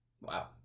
Wow